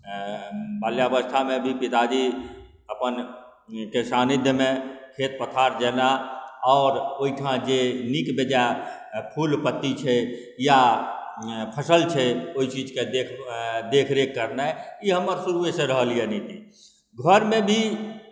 बाल्यावस्थामे भी पिताजी अपनके सान्निध्यमे खेत पथार जाना आओर ओहिठाम जे नीक बेजाय फूल पत्ती छै या फसल छै ओहि चीजके देखरेख करनाइ ई हमर शुरुएसँ रहल अइ नीति घरमे भी